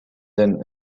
then